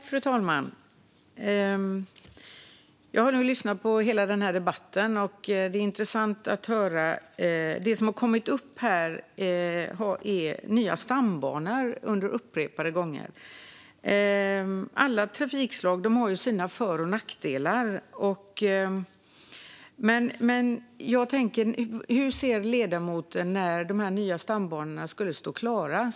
Fru talman! Jag har nu lyssnat på hela debatten. Det var intressant att höra. Det som upprepade gånger har kommit upp är nya stambanor. Alla trafikslag har sina för och nackdelar. Hur ser ledamoten på när de nya stambanorna skulle stå klara?